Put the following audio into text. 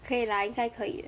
可以 lah 应该可以